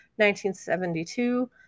1972